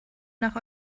nach